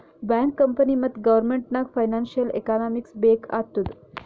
bank, company ಮತ್ತ government ನಾಗ್ financial economics ಬೇಕ್ ಆತ್ತುದ್